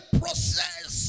process